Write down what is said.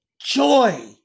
joy